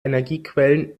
energiequellen